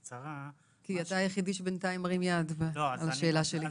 אתה בינתיים היחיד שמרים יד על השאלה שלי.